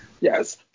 Yes